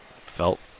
felt